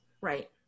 Right